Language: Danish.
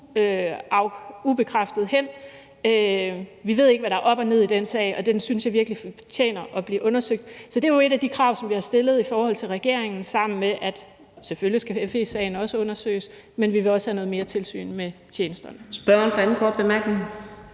ubekræftet hen. Vi ved ikke, hvad der er op og ned i den sag, og den synes jeg virkelig fortjener at blive undersøgt. Så det er jo et af de krav, som vi har stillet i forhold til regeringen, sammen med det, at FE-sagen selvfølgelig også skal undersøges, men vi vil også have noget mere tilsyn med tjenesterne.